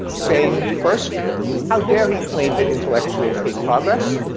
saying first how dare he claim that intellectuals hate progress,